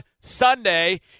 Sunday